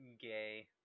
Gay